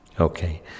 Okay